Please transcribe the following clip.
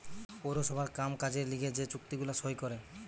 পৌরসভার কাম কাজের লিগে যে চুক্তি গুলা সই করে